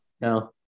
No